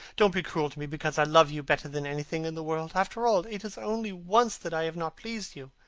don't be cruel to me, because i love you better than anything in the world. after all, it is only once that i have not pleased you.